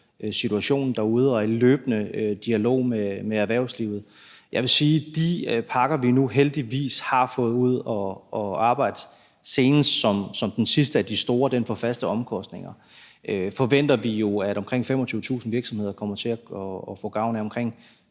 situationen derude og er i løbende dialog med erhvervslivet. Jeg vil sige, at de pakker, vi nu heldigvis har fået ud at arbejde – senest som den sidste af de store; den for faste omkostninger – forventer vi jo at omkring 25.000 virksomheder kommer til at få gavn af.